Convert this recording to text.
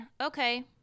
okay